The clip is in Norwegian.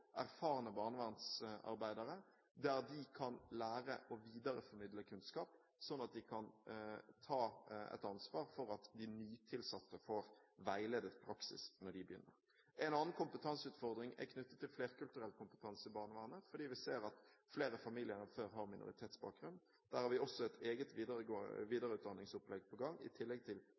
erfarne barnevernsarbeidere, der de kan lære å videreformidle kunnskap sånn at de kan ta et ansvar for at de nytilsatte får veiledet praksis når de begynner. En annen kompetanseutfordring er knyttet til flerkulturell kompetanse i barnevernet, fordi vi ser at flere familier enn før har minoritetsbakgrunn. Der har vi også et eget videreutdanningsopplegg på gang, i tillegg til